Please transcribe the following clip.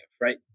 right